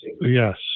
Yes